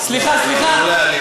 לא, סליחה, סליחה.